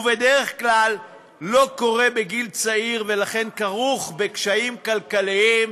ובדרך כלל זה לא קורה בגיל צעיר ולכן כרוך בקשיים כלכליים,